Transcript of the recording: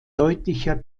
deutlicher